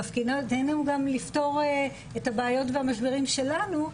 תפקידנו גם לפתור את הבעיות והמשברים שלנו,